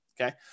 okay